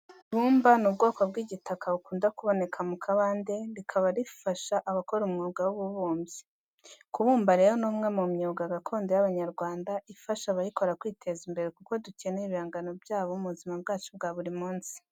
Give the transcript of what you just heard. Ibumba ni ubwoko bw'igitaka bukunda kuboneka mu kabande rikaba rifasha abakora umwuga w'ububumbyi. Kubumba rero ni umwe mu myuga gakondo y'Abanyarwanda ifasha abayikora kwiteza imbere kuko dukenera ibihangano byabo mu buzima bwacu bwa buri munsi.